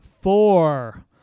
four